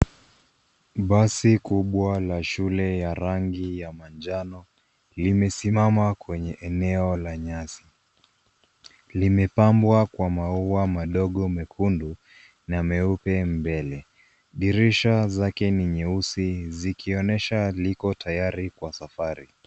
Basi kubwa la shule ya rangi ya manjano limesimama kwenye eneo la nyasi. Limepambwa kwa maua madogo mekundu na meupe mbele. Dirisha zake ni nyeusi zikionyesha liko tayari kwa safari.